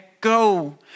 Go